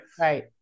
Right